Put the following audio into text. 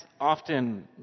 often